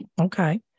Okay